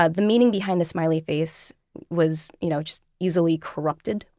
ah the meaning behind the smiley face was you know just easily corrupted.